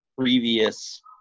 previous